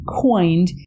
coined